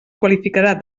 qualificarà